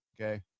okay